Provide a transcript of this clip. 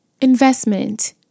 Investment